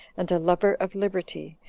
and a lover of liberty,